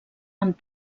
amb